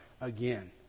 again